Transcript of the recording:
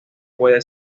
puede